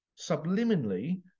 subliminally